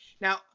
Now